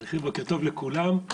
בוקר טוב לכולם.